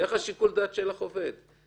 איך שיקול הדעת שלך עובד?